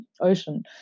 ocean